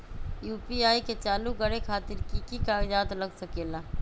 UPI के चालु करे खातीर कि की कागज़ात लग सकेला?